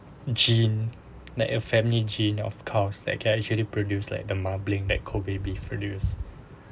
gene like your family gene of course that can actually produce like the marbling that kobe beef produce